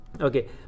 Okay